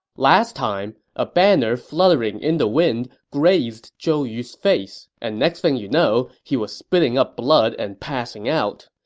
last time, a banner fluttering in the wind grazed zhou yu's face, and next thing you know, he was spitting up blood and passing out.